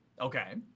Okay